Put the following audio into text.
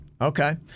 Okay